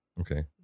Okay